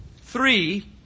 three